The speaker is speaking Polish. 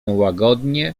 łagodnie